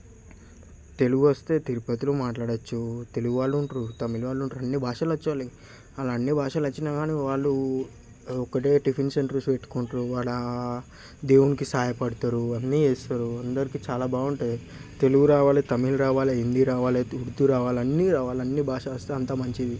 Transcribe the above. తెలుగు వస్తే తిరుపతిలో మాట్లాడొచ్చు తెలుగు వాళ్ళుంటారు తమిళ్ వాళ్ళుంటారు అన్ని భాషలొచ్చు వాళ్ళకి వాళ్ళు అన్ని భాషలు వచ్చిన కానీ వాళ్ళు ఒకటిగా టిఫిన్ సెంటర్స్ పెట్టుకుంటారు వాళ్ళ దేవునికి సహాయపడతారు అన్నీ చేస్తారు అందరికి చాలా బాగుంటాయ్ తెలుగు రావాలి తమిళ్ రావాలి హిందీ రావాలి ఉర్దూ రావాలి అన్ని రావాలి ఎన్ని భాషలు వస్తే అంత మంచిది